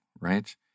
right